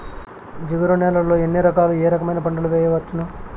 జిగురు నేలలు ఎన్ని రకాలు ఏ రకమైన పంటలు వేయవచ్చును?